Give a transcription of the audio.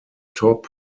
top